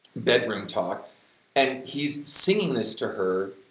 bedroom talk and he's singing this to her,